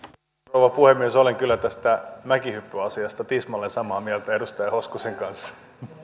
rouva puhemies olen kyllä tästä mäkihyppyasiasta tismalleen samaa mieltä edustaja hoskosen kanssa